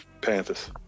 panthers